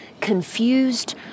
confused